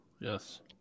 Yes